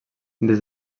des